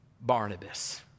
barnabas